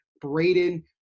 Braden